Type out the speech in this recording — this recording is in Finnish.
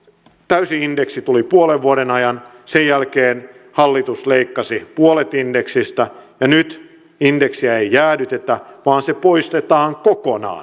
täysi indeksi tuli puolen vuoden ajan sen jälkeen hallitus leikkasi puolet indeksistä ja nyt indeksiä ei jäädytetä vaan se poistetaan kokonaan